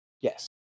Yes